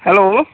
hello